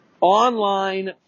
online